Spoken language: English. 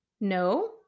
No